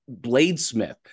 bladesmith